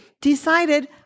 decided